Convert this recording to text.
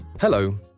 Hello